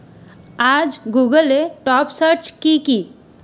আজ গুগলে top search কী কী